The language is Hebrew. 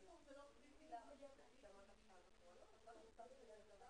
אני חוזרת לנוסח,